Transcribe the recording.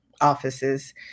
offices